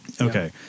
Okay